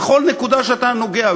זה בכל נקודה שאתה נוגע.